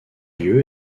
lieu